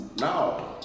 No